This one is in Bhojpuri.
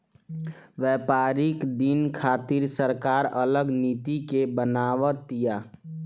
व्यापारिक दिन खातिर सरकार अलग नीति के बनाव तिया